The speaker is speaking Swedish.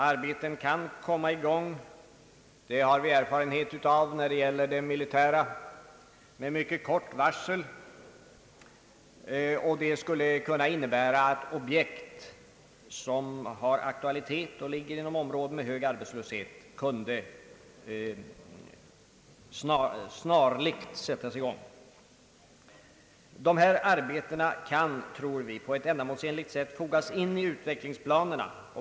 Arbeten kan komma i gång med kort varsel — det har vi erfarenheter skulle kunna innebära att objekt som har aktualitet och ligger inom områden med hög arbetslöshet snarast kunde sättas i gång. Dessa arbeten kan, tror vi, på ett ändamålsenligt sätt fogas in i utvecklingsplanerna.